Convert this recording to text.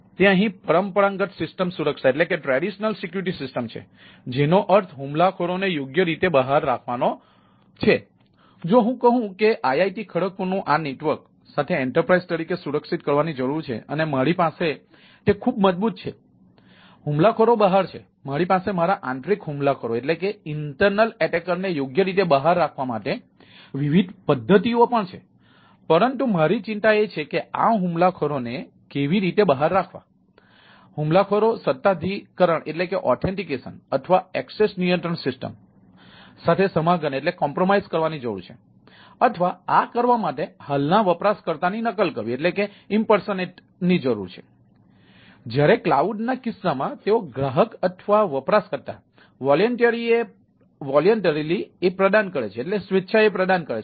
તે અહીં પરંપરાગત સિસ્ટમ સુરક્ષાએ પ્રદાન કરે છે